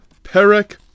Perek